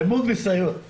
למוד ניסיון, אתה אומר.